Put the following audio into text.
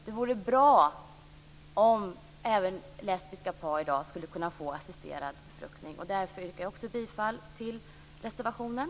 Det vore bra om även lesbiska par i dag skulle kunna få assisterad befruktning. Därför yrkar jag bifall till reservationen.